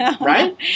right